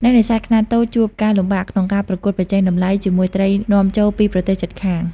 អ្នកនេសាទខ្នាតតូចជួបការលំបាកក្នុងការ ប្រកួតប្រជែងតម្លៃ ជាមួយត្រីនាំចូលពីប្រទេសជិតខាង។